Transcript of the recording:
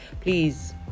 please